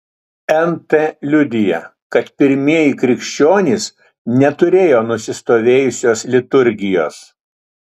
nt liudija kad pirmieji krikščionys neturėjo nusistovėjusios liturgijos